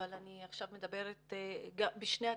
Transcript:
אבל אני עכשיו אני מדברת בשני הכובעים.